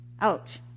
Ouch